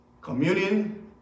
Communion